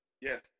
Yes